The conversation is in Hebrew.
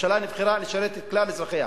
הממשלה נבחרה לשרת את כלל אזרחיה.